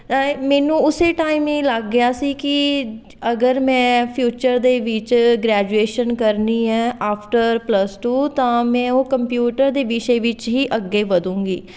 ਤਾਂ ਮੈਨੂੰ ਉਸ ਟਾਈਮ ਇਹ ਲੱਗ ਗਿਆ ਸੀ ਕਿ ਅਗਰ ਮੈਂ ਫਿਊਚਰ ਦੇ ਵਿੱਚ ਗ੍ਰੈਜੂਏਸ਼ਨ ਕਰਨੀ ਹੈ ਆਫਟਰ ਪਲੱਸ ਟੂ ਤਾਂ ਮੈਂ ਉਹ ਕੰਪਿਊਟਰ ਦੇ ਵਿਸ਼ੇ ਵਿੱਚ ਹੀ ਅੱਗੇ ਵਧੂੰਗੀ